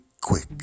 quick